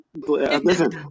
Listen